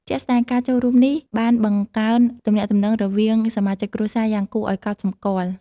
ជាក់ស្តែង ការចូលរួមនេះបាន បង្កើនទំនាក់ទំនង រវាងសមាជិកគ្រួសារយ៉ាងគួរឱ្យកត់សម្គាល់។